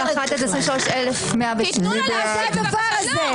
23,141 עד 23,160. ואליד אלהואשלה (רע"מ,